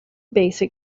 basic